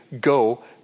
go